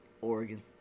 Oregon